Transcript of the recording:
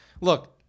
Look